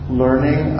learning